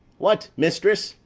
what, mistress!